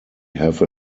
have